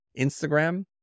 Instagram